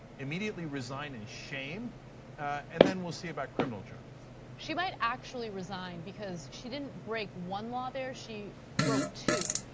immediately resign in shame and then we will see about criminal charges. she might actually resigned because she didn't break one law there, she broke two.